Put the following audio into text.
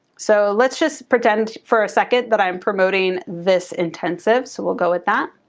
so let's just pretend for a second that i'm promoting this intensive. so we'll go with that.